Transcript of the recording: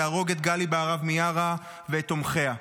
תהרוג את גלי בהרב מיארה ואת תומכיה.